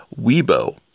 Weibo